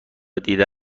دیدی